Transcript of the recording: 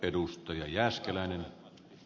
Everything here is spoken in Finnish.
arvoisa puhemies